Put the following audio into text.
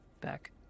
back